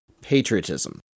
Patriotism